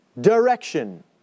direction